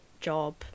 job